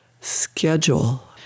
Schedule